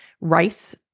rice